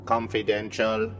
Confidential